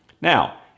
Now